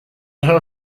her